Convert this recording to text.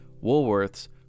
Woolworth's